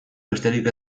besterik